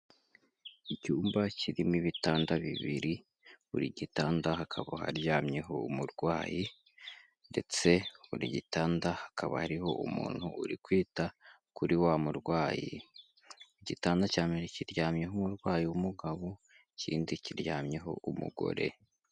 Icyumba kirimo ibitanda bibiri, buri gitanda hakaba haryamyeho umurwayi ndetse buri gitanda hakaba hariho umuntu uri kwita kuri wa murwayi. Igitanda cya mbere kiryamyeho umurwayi w'umugabo, ikindi kiryamyeho umugore.